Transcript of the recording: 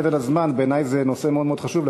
בעיני זה נושא מאוד חשוב,